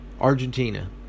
Argentina